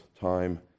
time